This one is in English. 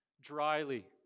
dryly